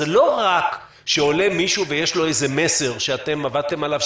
זה לא רק שעולה מישהו ויש לו איזה מסר שאתם עבדתם עליו,